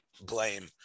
blame